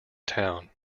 town